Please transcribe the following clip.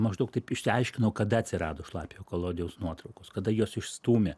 maždaug taip išsiaiškinau kada atsirado šlapiojo kolodijaus nuotraukos kada juos išstūmė